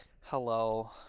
Hello